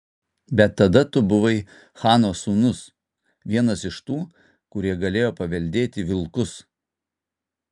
bet tada tu buvai chano sūnus vienas iš tų kurie galėjo paveldėti vilkus